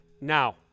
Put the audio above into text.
now